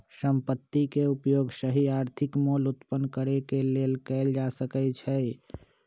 संपत्ति के उपयोग सही आर्थिक मोल उत्पन्न करेके लेल कएल जा सकइ छइ